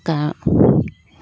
কাৰণ